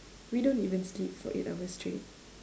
we don't even sleep for eight hours straight